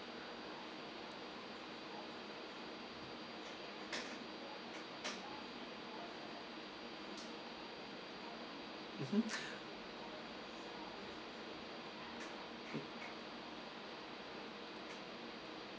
mmhmm